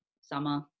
summer